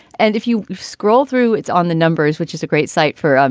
and if you scroll through, it's on the numbers, which is a great site for, um